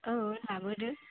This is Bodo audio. औ लाबोदो